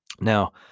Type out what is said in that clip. Now